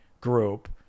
group